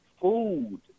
food